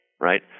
right